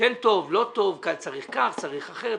כן טוב, לא טוב, צריך כך, צריך אחרת.